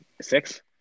six